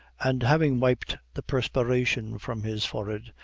and having wiped the perspiration from his forehead,